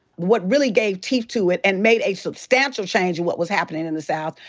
what really gave teeth to it and made a substantial change of what was happening in the south,